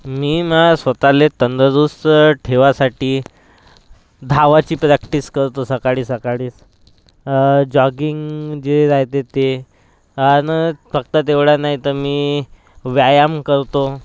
मी मा स्वतःला तंदुरुस्त ठेवायसाठी धावायची प्रॅक्टिस करतो सकाळी सकाळी जॉगिंग जे राहते ते आणि फक्त तेवढा नाही तर मी व्यायाम करतो